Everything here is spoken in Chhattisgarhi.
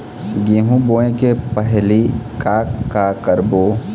गेहूं बोए के पहेली का का करबो?